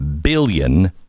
billion